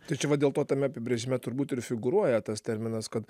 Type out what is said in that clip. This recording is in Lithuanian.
tai čia vat dėl to tame apibrėžime turbūt ir figūruoja tas terminas kad